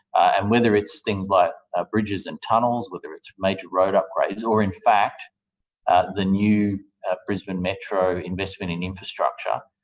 and whether it's things like bridges and tunnels whether it's major road upgrades or in fact the new brisbane metro investment in infrastructure,